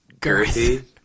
Girthy